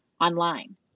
online